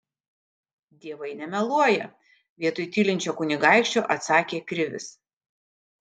dievai nemeluoja vietoj tylinčio kunigaikščio atsakė krivis